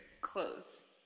clothes